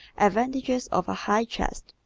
advantages of a high chest